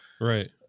Right